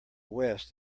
west